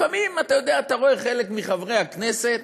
לפעמים, אתה יודע, אתה רואה חלק מחברי הכנסת